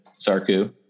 sarku